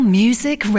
music